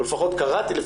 או לפחות קראתי,